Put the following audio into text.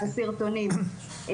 הסרטונים.